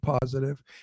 positive